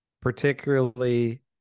particularly